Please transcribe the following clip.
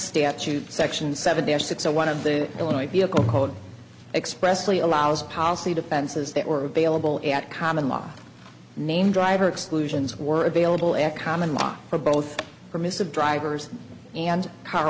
statute section seven there six zero one of the illinois vehicle code expressly allows policy defenses that were available at common law name driver exclusions were available at common law for both permissive drivers and car